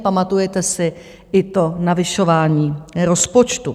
Pamatujete si i to navyšování rozpočtu.